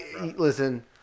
Listen